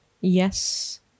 Yes